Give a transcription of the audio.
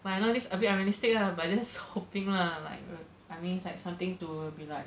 but I know this a bit unrealistic lah but just hoping lah like I mean it's like something to be like